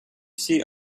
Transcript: see